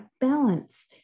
balance